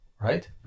right